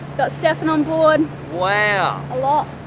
got stephen onboard. wow. a lot.